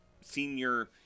senior